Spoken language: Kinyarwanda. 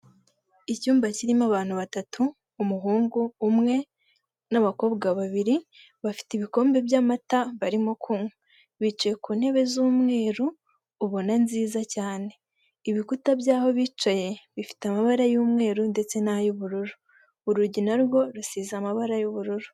Icyumba kirimo abantu batatu; umuhungu umwe n'abakobwa babiri, bafite ibikombe by'amata, barimo kunywa. Bicaye ku ntebe z'umweru, ubona nziza cyane. ibikuta bya'ho bicaye bifite amabara y'umweru ndetse n'ay'ubururu. Urugi na rwo rusize amabara y'ubururu.